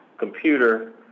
computer